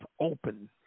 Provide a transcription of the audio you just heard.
open